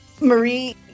Marie